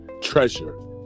Treasure